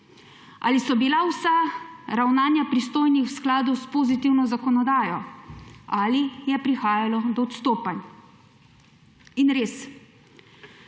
Ali so bila vsa ravnanja pristojnih v skladu s pozitivno zakonodajo? Ali je prihajalo do odstopanj? In res,